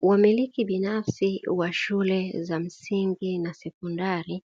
Wamiliki bibafsi wa shule za msingi na sekondari,